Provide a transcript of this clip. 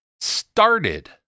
started